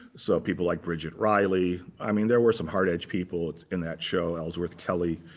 so people like bridget riley i mean, there were some hard-edged people in that show ellsworth kelly,